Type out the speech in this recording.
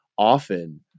Often